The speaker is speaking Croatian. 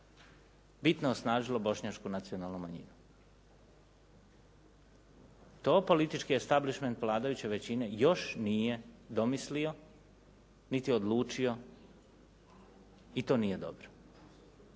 bitno osnažilo bošnjačku nacionalnu manjinu. To politički establishment vladajuće većine još nije domislio niti odlučio i to nije dobro.